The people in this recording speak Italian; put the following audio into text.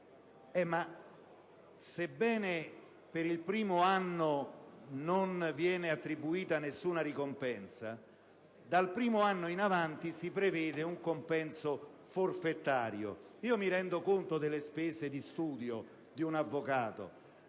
sebbene, per il primo anno non venga attribuita nessuna ricompensa, dal primo anno in avanti si prevede un compenso forfetario. Mi rendo conto delle spese di studio di un avvocato